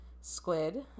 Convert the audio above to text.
squid